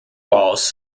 walls